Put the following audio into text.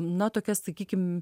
na tokias sakykim